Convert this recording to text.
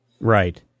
Right